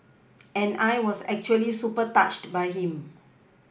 and I was actually super touched by him